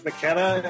McKenna